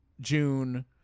june